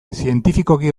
zientifikoki